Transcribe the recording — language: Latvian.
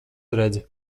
redzi